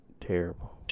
terrible